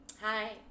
Hi